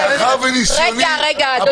מאחר שניסיוני הפוליטי הוא דל --- אם